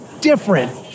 different